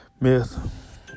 myth